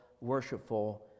worshipful